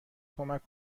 کمک